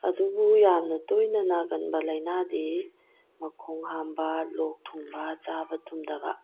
ꯑꯗꯨꯕꯨ ꯌꯥꯝꯅ ꯇꯣꯏꯅ ꯅꯥꯒꯟꯕ ꯂꯥꯏꯅꯥꯗꯤ ꯃꯈꯣꯡ ꯍꯥꯝꯕ ꯂꯣꯛ ꯊꯨꯡꯕ ꯆꯥꯕ ꯇꯨꯝꯗꯕ